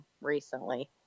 recently